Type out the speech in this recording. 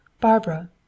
Barbara